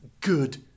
good